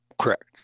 Correct